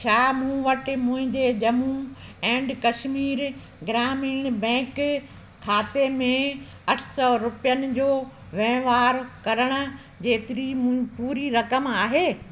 छा मूं वटि मुंहिंजे जम्मू एंड कश्मीर ग्रामीण बैंक खाते में अठ सौ रुपयनि जो वहिंवारु करणु जेतिरी पूरी रक़म आहे